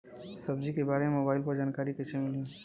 सब्जी के बारे मे मोबाइल पर जानकारी कईसे मिली?